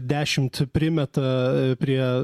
dešimt primeta prie